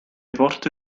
porte